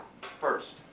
first